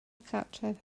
cartref